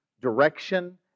direction